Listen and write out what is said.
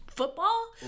Football